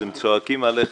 אז הם צועקים עליך.